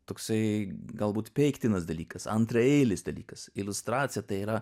toksai galbūt peiktinas dalykas antraeilis dalykas iliustracija tai yra